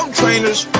trainers